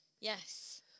Yes